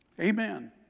Amen